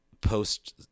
post